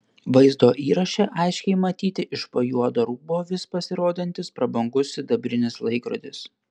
vaizdo įraše aiškiai matyti iš po juodo rūbo vis pasirodantis prabangus sidabrinis laikrodis